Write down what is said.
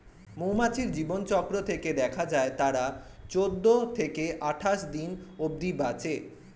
মৌমাছির জীবনচক্র থেকে দেখা যায় তারা চৌদ্দ থেকে আটাশ দিন অব্ধি বাঁচে